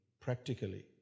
practically